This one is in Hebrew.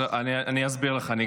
אני אסביר לך.